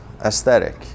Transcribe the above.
aesthetic